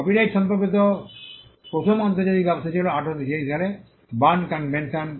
copyright সম্পর্কিত প্রথম আন্তর্জাতিক ব্যবস্থা ছিল 1886 সালে বার্ন কনভেনশন